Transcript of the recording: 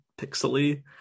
pixely